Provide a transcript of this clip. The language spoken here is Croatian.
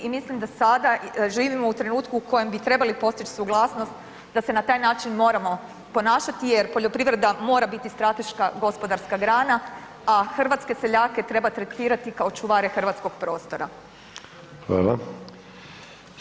I mislim da sada živimo u trenutku u kojem bi trebali postići suglasnost da se na taj način moramo ponašati jer poljoprivreda mora biti strateška gospodarska grana, a hrvatske seljake treba tretirati kao čuvare hrvatskog prostora.